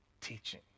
teaching